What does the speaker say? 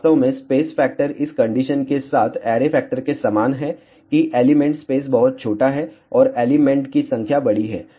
वास्तव में space factor इस कंडीशन के साथ ऐरे फैक्टर के समान है कि एलिमेंट स्पेस बहुत छोटा है और एलिमेंट की संख्या बड़ी है